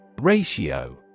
Ratio